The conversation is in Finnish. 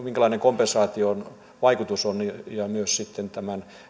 minkälainen kompensaation vaikutus on myös sitten tämän